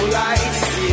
lights